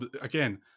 again